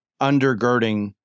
undergirding